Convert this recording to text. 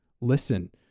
listen